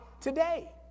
today